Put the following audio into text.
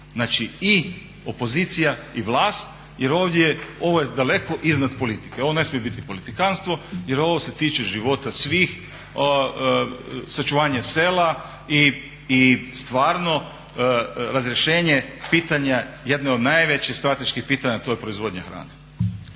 Znači i opozicija i vlast jer ovdje ovo je daleko iznad politike, ovo ne smije biti politikantstvo jer ovo se tiče života svih, sačuvanje sela i stvarno razrješenje pitanja jedne od najvećih strateških pitanja a to je proizvodnja hrane.